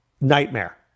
nightmare